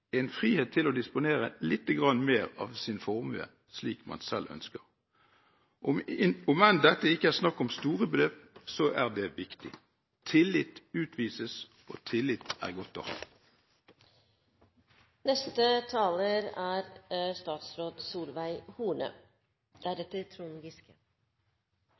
en frihet til å disponere litt mer av sin formue slik man selv ønsker. Om enn det ikke er snakk om store beløp, er det viktig. Tillit utvises, og tillit er godt å ha. Etter å ha sittet her i dag og lyttet til debatten er